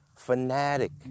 Fanatic